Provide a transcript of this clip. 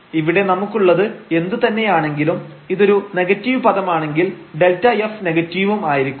ഇവിടെ നമുക്കുള്ളത് എന്തു തന്നെയാണെങ്കിലും ഇതൊരു നെഗറ്റീവ് പദമാണെങ്കിൽ Δf നെഗറ്റീവും ആയിരിക്കും